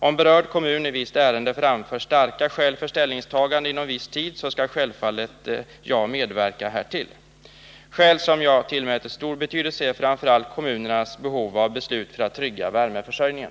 Om berörd kommun i vis: starka skäl för ställningstagande inom viss tid så skall jag självfallet medverka härtill. Skäl som jag tillmäter stor betydelse är framför allt kommunernas behov av beslut för att trygga värmeförsörjningen.